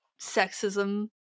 sexism